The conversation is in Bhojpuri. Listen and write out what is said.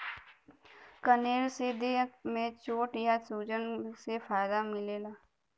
कनेर से देह में चोट या सूजन से फायदा रहला